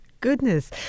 goodness